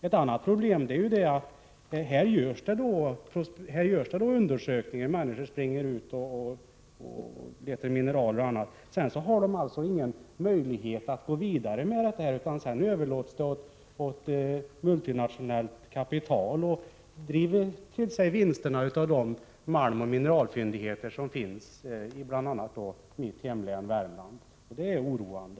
Ett annat problem är ju att det görs undersökningar — människor springer ut och letar mineral och annat — men att det sedan inte finns någon möjlighet att gå vidare, utan det överlåts åt multinationellt kapital att driva till sig vinsterna av de malmoch mineralfyndigheter som finns i bl.a. mitt hemlän Värmland. Det är oroande.